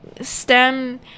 stem